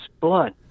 blood